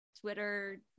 Twitter